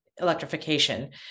electrification